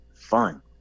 fun